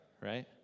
Right